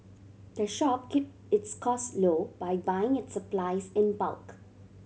the shop keep its cost low by buying its supplies in bulk